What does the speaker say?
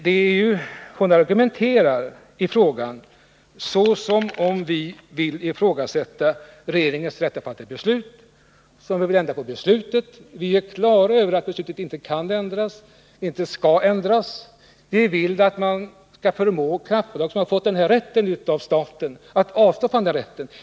Karin Ahrland argumenterar i denna sak som om vi vill ifrågasätta regeringens rätt att fatta beslut. Vi är på det klara med att beslutet inte kan ändras och inte skall ändras. Vi vill att man skall få kraftbolaget att avstå från den rätt som bolaget har fått av staten.